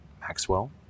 Maxwell